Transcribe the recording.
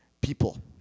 people